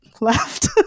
left